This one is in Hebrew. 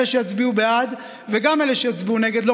אלה שיצביעו בעד וגם אלה שיצביעו נגד,